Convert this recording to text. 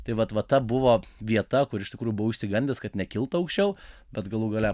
tai vat va ta buvo vieta kur iš tikrųjų buvau išsigandęs kad nekiltų aukščiau bet galų gale